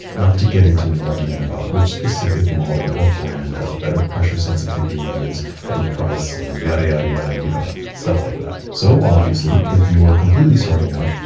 not to get into an argument about which specific model or brand has better pressure sensitivity levels for the price, or yadda yadda yadda, you know. stuff like that. so, obviously, if you are completely starting out,